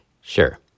Sure